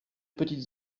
petites